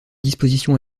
disposition